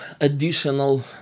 additional